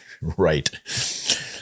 right